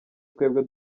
twebwe